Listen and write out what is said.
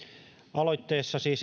aloitteessa siis